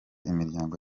imiryango